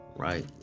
Right